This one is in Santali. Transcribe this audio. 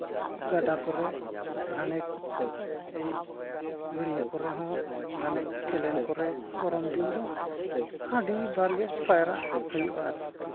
ᱜᱟᱰᱟ ᱠᱚᱨᱮᱜᱫ ᱜᱷᱟᱱᱮᱠ ᱜᱟᱹᱰᱭᱟᱹ ᱠᱚᱨᱮ ᱦᱚᱸ ᱜᱷᱟᱱᱮᱠ ᱠᱮᱱᱮᱞ ᱠᱚᱨᱮ ᱜᱚᱨᱚᱢ ᱫᱤᱱ ᱫᱚ ᱟᱹᱰᱤ ᱵᱟᱨᱜᱮ ᱯᱟᱭᱨᱟᱜ ᱦᱩᱭᱩᱜᱼᱟ ᱟᱨᱠᱤ